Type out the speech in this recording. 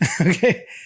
Okay